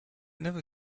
never